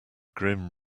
grim